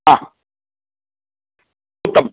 हा उत्तमं